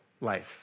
life